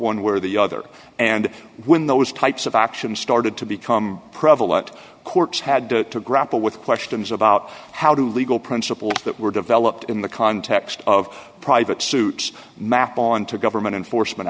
where the other and when those types of action started to become prevalent courts had to grapple with questions about how do legal principles that were developed in the context of private suits map on to government enforcement